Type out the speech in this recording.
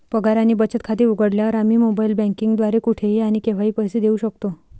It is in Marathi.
पगार आणि बचत खाते उघडल्यावर, आम्ही मोबाइल बँकिंग द्वारे कुठेही आणि केव्हाही पैसे देऊ शकतो